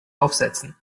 aufsetzen